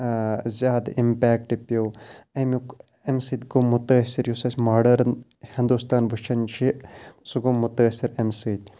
زیادٕ اِمپیکٹ پیٚو اَمیُک اَمہِ سۭتۍ گوٚو مُتٲثر یُس اَسہِ ماڈٲرٕن ہِندُستان وٕچھان چھِ سُہ گوٚو مُتٲثر امہِ سۭتۍ